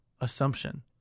assumption